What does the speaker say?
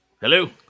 hello